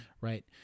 right